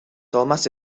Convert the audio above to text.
thomas